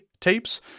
tapes